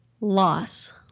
Loss